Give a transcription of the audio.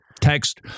Text